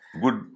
good